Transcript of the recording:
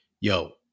yo